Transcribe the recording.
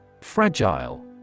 Fragile